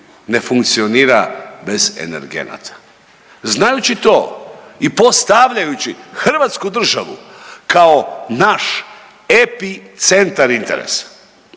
ne funkcionira bez energenata. Znajući to i postavljajući Hrvatsku državu kao naš epicentar interesa